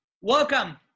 Welcome